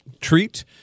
treat